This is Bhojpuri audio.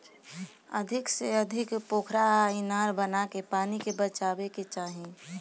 अधिका से अधिका पोखरा आ इनार बनाके पानी बचावे के चाही